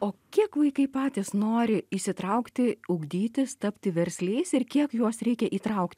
o kiek vaikai patys nori įsitraukti ugdytis tapti versliais ir kiek juos reikia įtraukt